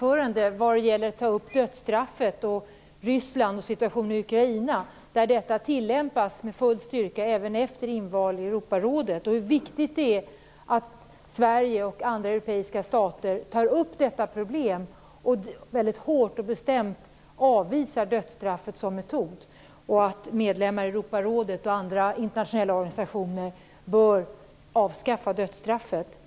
sade om att ta upp dödsstraffet och situationen i Ryssland och Ukraina, där detta tillämpas med full styrka även efter invalet i Europarådet. Det är viktigt att Sverige och andra europeiska stater tar upp detta problem, att vi hårt och bestämt avvisar dödsstraffet som metod och att vi poängterar att medlemmar i Europarådet och andra internationella organisationer bör avskaffa dödsstraffet.